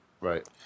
Right